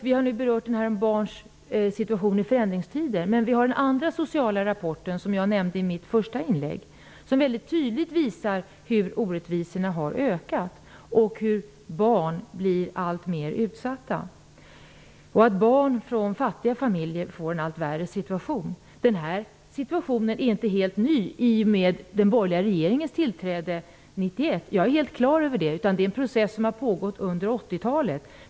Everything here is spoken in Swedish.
Vi har nu berört frågan om barns situation i förändringstider. Den andra sociala rapporten, som jag nämnde i mitt första inlägg, visar tydligt hur orättvisorna har ökat, hur barn blir alltmer utsatta och hur barn från fattiga familjer får en allt värre situation. Jag är helt klar över att den här situationen inte är helt ny och att den inte uppstod i och med den borgerliga regeringens tillträde 1991. Det är en process som har pågått under 80-talet.